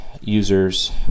users